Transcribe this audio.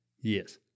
Yes